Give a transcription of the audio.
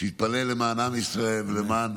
שיתפלל למען עם ישראל ולמען